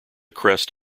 crest